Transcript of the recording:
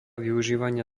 využívania